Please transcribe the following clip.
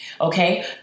Okay